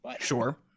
Sure